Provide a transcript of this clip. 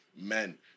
men